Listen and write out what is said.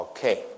Okay